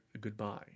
Goodbye